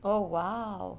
oh !wow!